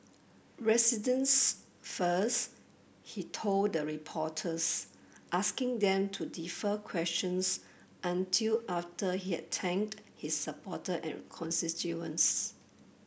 residents first he told the reporters asking them to defer questions until after he had thanked his supporter and constituents